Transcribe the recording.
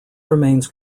remains